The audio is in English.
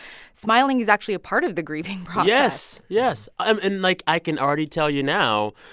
smiling is actually a part of the grieving process yes, yes. and, like, i can already tell you now,